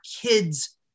kids